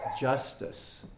justice